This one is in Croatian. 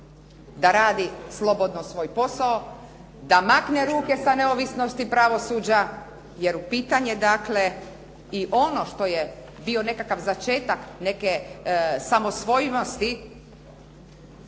da radi slobodno svoj posao, da makne ruke sa neovisnosti pravosuđa. Jer pitanje dakle i ono što je bio nekakav začetak neke samosvojnosti